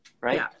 right